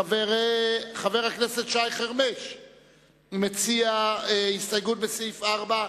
חבר הכנסת שי חרמש מציע הסתייגות בסעיף 4,